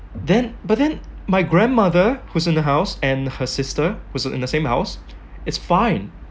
then but then my grandmother who's in the house and her sister who's in the same house is fine